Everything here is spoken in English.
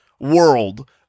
world